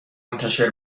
منتشر